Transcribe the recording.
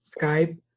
Skype